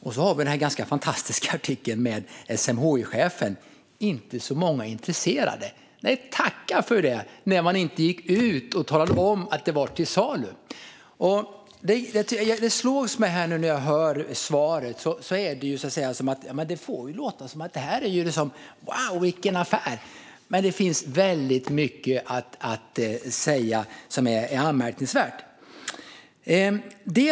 Vi har även den här ganska fantastiska artikeln: "SMHI-chefen: 'Inte så många intresserade'" Nej, tacka för det när man inte gick ut och talade om att det var till salu! Det slog mig nu när jag hörde interpellationssvaret att det låter som att man måste säga "Wow, vilken affär!". Men det finns väldigt mycket att ta upp som är anmärkningsvärt.